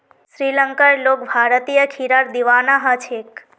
श्रीलंकार लोग भारतीय खीरार दीवाना ह छेक